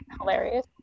hilarious